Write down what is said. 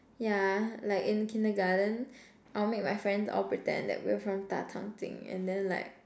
yeah like in kindergarten I'll make my friends all pretend that we were from 大长今 and then like